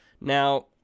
Now